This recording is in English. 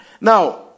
Now